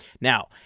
Now